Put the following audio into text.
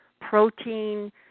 protein